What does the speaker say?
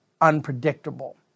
unpredictable